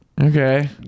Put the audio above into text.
Okay